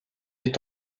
est